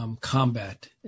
combat